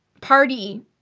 party